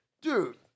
Dude